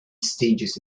stages